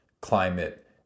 climate